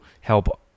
help